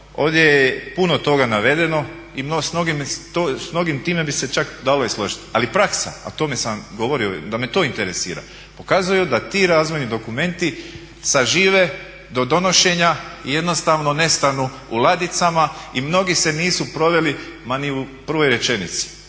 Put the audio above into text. ovdje je puno toga navedeno i s mnogim time bi se čak dalo i složiti. Ali praksa, a o tome sam govorio da me to interesira, pokazuje da ti razvojni dokumenti sažive do donošenja i jednostavno nestanu u ladicama i mnogi se nisu proveli ma ni u prvoj rečenici.